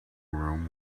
room